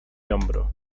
hombro